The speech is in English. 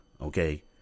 okay